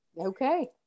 Okay